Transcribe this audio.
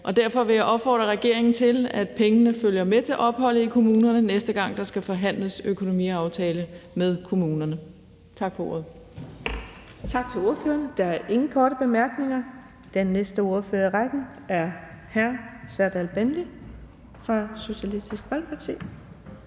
Derfor vil jeg opfordre regeringen til, at pengene følger med til opholdet i kommunerne, næste gang der skal forhandles økonomiaftale med kommunerne. Tak for ordet. Kl. 11:02 Den fg. formand (Birgitte Vind): Tak til ordføreren. Der er ingen korte bemærkninger. Den næste ordfører i rækken er hr. Serdal Benli fra Socialistisk Folkeparti,